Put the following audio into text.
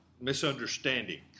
misunderstanding